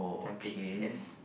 seventy yes